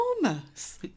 enormous